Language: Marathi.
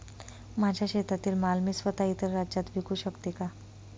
माझ्या शेतातील माल मी स्वत: इतर राज्यात विकू शकते का?